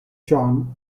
john